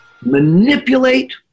manipulate